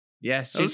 Yes